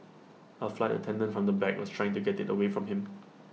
A flight attendant from the back was trying to get IT away from him